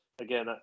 again